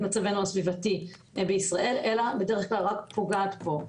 מצבנו הסביבתי בישראל אלא בדרך כלל רק פוגעת בו.